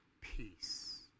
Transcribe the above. peace